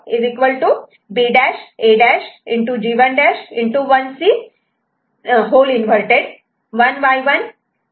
1C' 1Y1 B'A